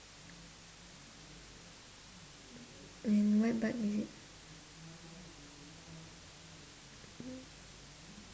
and what bike is it